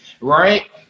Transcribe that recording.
Right